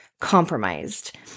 compromised